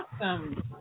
Awesome